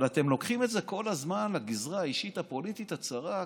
אבל אתם לוקחים את זה כל הזמן לגזרה האישית הפוליטית הצרה,